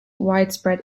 widespread